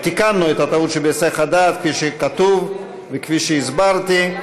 תיקנו את הטעות שבהיסח הדעת כפי שכתוב וכפי שהסברתי,